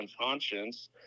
unconscious